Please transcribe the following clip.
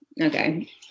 Okay